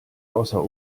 außer